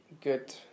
good